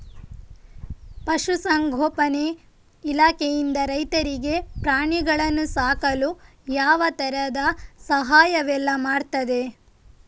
ಪಶುಸಂಗೋಪನೆ ಇಲಾಖೆಯಿಂದ ರೈತರಿಗೆ ಪ್ರಾಣಿಗಳನ್ನು ಸಾಕಲು ಯಾವ ತರದ ಸಹಾಯವೆಲ್ಲ ಮಾಡ್ತದೆ?